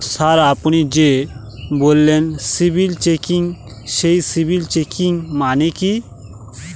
Sir আপনি যে বললেন সিবিল চেকিং সেই সিবিল চেকিং মানে কি?